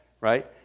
right